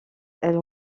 elle